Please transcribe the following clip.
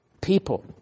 people